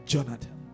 Jonathan